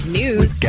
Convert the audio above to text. news